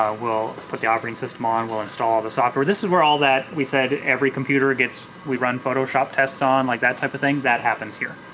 ah we'll put the operating system on, we'll install the software. this is where all that, we said every computer gets, we run photoshop tests on, like that type of thing, that happens here.